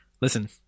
Listen